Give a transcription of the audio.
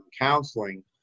counseling